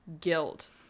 guilt